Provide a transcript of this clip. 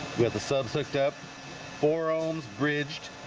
we have the subject up four ohms bridged